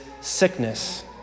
sickness